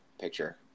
picture